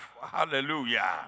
Hallelujah